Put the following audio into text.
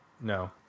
no